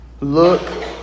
Look